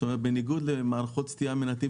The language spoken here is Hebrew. זאת אומרת בניגוד למערכות סטייה מנתיב,